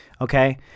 Okay